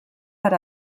per